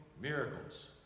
miracles